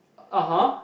(uh huh)